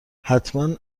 حتما